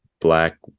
black